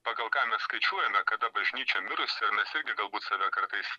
pagal ką mes skaičiuojame kada bažnyčia mirusi ir mes irgi galbūt save kartais